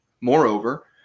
Moreover